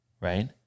right